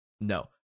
No